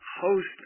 host